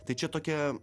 tai čia tokia